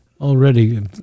already